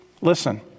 Listen